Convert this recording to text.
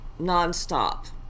nonstop